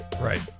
Right